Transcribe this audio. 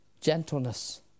Gentleness